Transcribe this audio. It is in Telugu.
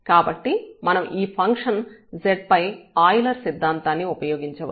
కాబట్టి మనం ఈ ఫంక్షన్ z పై ఆయిలర్ సిద్ధాంతాన్ని ఉపయోగించవచ్చు